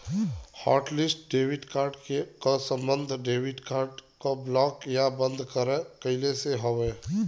hotlist debit card क सम्बन्ध debit card क ब्लॉक या बंद करवइले से हउवे